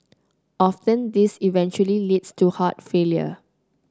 often this eventually leads to heart failure